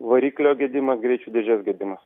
variklio gedimas greičių dėžės gedimas